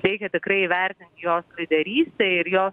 reikia tikrai įvertint jos lyderystę ir jo